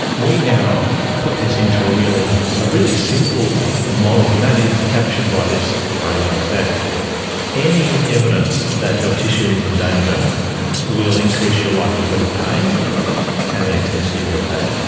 we now put this into a really ah really simple model, and that is captured by this phrasing, that any evidence that your tissue is in danger will increase your likelihood of pain and the intensity of your pain.